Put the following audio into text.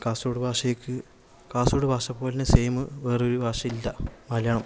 കാസര്ഗോഡ് ഭാഷയ്ക്ക് കാസര്ഗോഡ് ഭാഷയെ പോലെ തന്നെ സെയിം വേറൊരു ഭാഷയും ഇല്ല മലയാളം